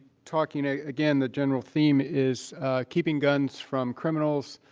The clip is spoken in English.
talking, again, the general theme is keeping guns from criminals,